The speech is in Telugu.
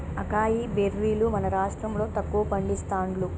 అకాయ్ బెర్రీలు మన రాష్టం లో తక్కువ పండిస్తాండ్లు